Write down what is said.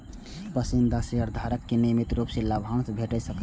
पसंदीदा शेयरधारक कें नियमित रूप सं लाभांश भेटैत छैक